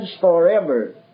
forever